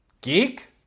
Geek